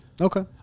Okay